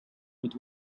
with